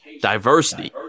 diversity